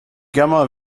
gamma